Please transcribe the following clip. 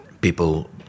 People